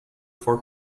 for